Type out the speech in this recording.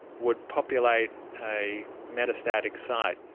would populate a metastatic site,